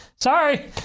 sorry